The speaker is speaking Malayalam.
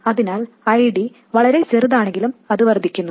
അതിനാൽ ID വളരെ ചെറുതാണെങ്കിൽ അത് വർദ്ധിക്കുന്നു